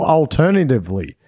alternatively